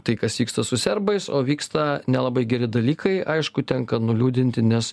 tai kas vyksta su serbais o vyksta nelabai geri dalykai aišku tenka nuliūdinti nes